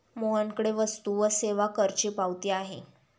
मोहनकडे वस्तू व सेवा करची पावती आहे